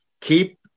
Keep